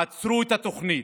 עצרו את התוכנית,